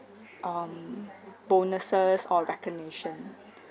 um bonuses or recognition